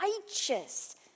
righteous